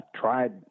tried